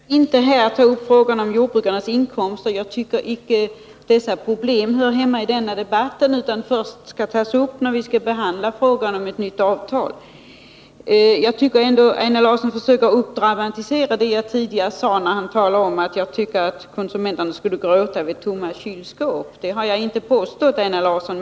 Herr talman! Jag skall inte ta upp frågan om jordbrukarnas inkomster. Jag tycker inte att dessa problem hör hemma i den här debatten, utan de skall tas upp först när vi behandlar frågan om ett nytt avtal. Jag menar ändå att Einar Larsson försöker dramatisera vad jag sade, när han hävdar att jag talade om att konsumenterna skulle gråta vid tomma kylskåp. Det har jag inte påstått, Einar Larsson.